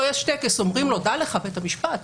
יש טקס ואומרים לו: דע לך שכך וכך,